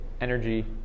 energy